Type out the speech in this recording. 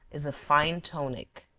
is a fine tonic.